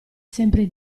sempre